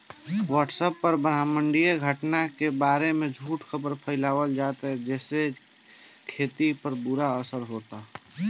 WhatsApp पर ब्रह्माण्डीय घटना के बारे में झूठी खबर फैलावल जाता जेसे खेती पर बुरा असर होता